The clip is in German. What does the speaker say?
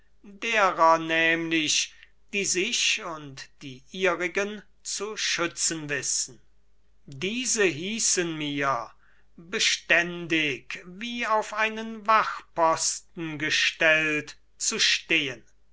derer nämlich die sich und die ihrigen zu schützen wissen diese hießen mir beständig wie auf einen wachposten gestellt zu stehen